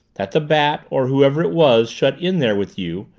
that the bat, or whoever it was shut in there with you,